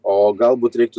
o galbūt reiktų